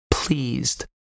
Pleased